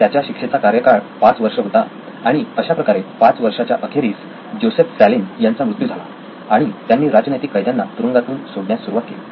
त्याच्या शिक्षेचा कार्य काळ पाच वर्ष होता आणि अशाप्रकारे पाच वर्षाच्या अखेरीस जोसेफ स्टॅलिन यांचा मृत्यू झाला आणि त्यांनी राजनेतिक कैद्यांना तुरुंगातून सोडण्यास सुरुवात केली